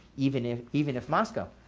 even if even if moscow